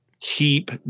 Keep